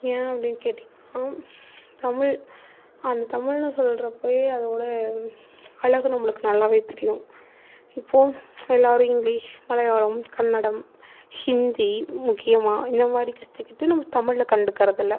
ஏன் அப்படின்னு கேட்டீங்கனா தமிழ் அந்த தமிழ்னு சொல்றப்பவே அதோட அழகு நம்மளுக்கு நல்லா தெரியும் இப்போது எல்லோரும் இங்கிலீஷ் மலையாளம் கன்னடம் ஹிந்தி முக்கியமாக இந்த மாதிரி கற்றுக்கிட்டு நம்ம தமிழை கண்டுக்கிறதில்ல